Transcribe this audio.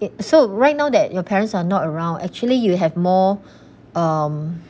it so right now that your parents are not around actually you have more um